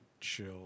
chill